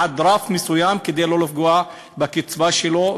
עד רף מסוים, כדי שלא לפגוע בקצבה שלו.